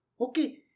Okay